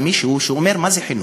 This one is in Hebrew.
של מישהו שאומר: מה זה חינוך?